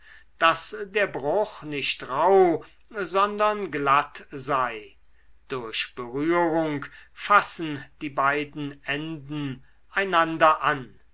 daß der bruch nicht rauh sondern glatt sei durch berührung fassen die beiden enden einander an